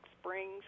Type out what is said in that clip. springs